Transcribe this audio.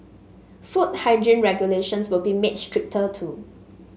food hygiene regulations will be made stricter too